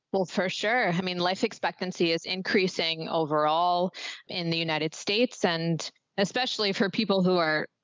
well for sure. i mean, life expectancy is increasing overall in the united states and especially for people who are,